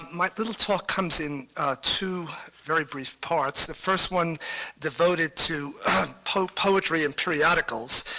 my little talk comes in two very brief parts. the first one devoted to poetry in periodicals,